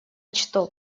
что